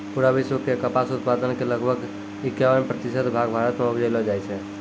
पूरा विश्व के कपास उत्पादन के लगभग इक्यावन प्रतिशत भाग भारत मॅ उपजैलो जाय छै